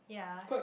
ya